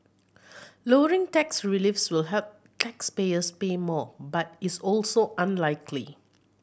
lowering tax reliefs will have taxpayers pay more but is also unlikely